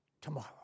Tomorrow